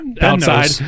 outside